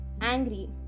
angry